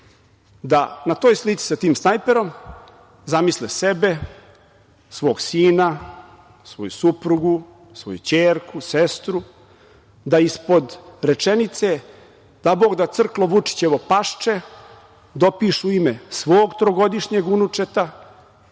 da na toj slici sa tim snajperom zamisle sebe, svog sina, svoju suprugu, svoju ćerku, sestru, da ispod rečenice „Dabogda crklo Vučićevo pašče“ dopišu ime svog trogodišnjeg unučeta